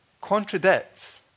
contradicts